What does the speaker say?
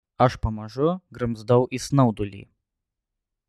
aš pamažu grimzdau į snaudulį